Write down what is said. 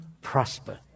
prosper